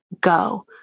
go